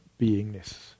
beingness